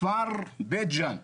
כפר בית ג'אן,